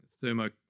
thermo